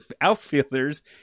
outfielders